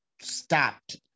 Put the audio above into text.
stopped